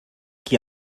qui